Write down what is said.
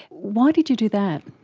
why did you do that?